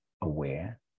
aware